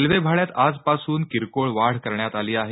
railway भाड्यात आजपासून किरकोळ वाढ करण्यात आली आहे